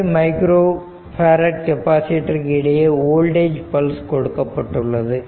5 micro பேரட்கெப்பாசிட்டர்ருக்கு இடையே voltage pulse கொடுக்கப்பட்டுள்ளது